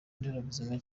nderabuzima